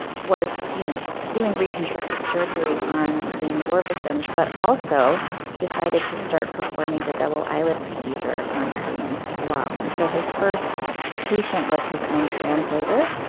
was, you know, doing reconstructive surgery on korean war victims but also decided to start performing the double eyelid procedure on koreans, as well. and so his first patient was his own translator,